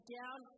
down